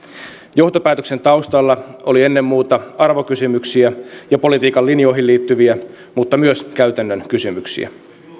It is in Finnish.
johtopäätöksen taustalla oli ennen muuta arvokysymyksiä ja politiikan linjoihin liittyviä mutta myös käytännön kysymyksiä